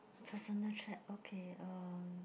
personal trait okay um